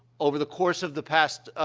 over the course of the past, ah,